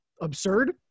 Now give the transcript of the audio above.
absurd